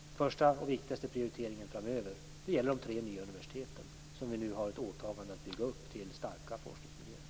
Den första och viktigaste prioriteringen framöver gäller de tre nya universiteten som vi nu har ett åtagande att bygga upp till starka forskningsmiljöer.